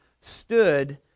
stood